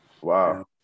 Wow